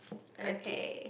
okay